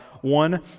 one